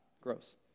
Gross